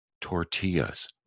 Tortillas